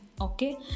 Okay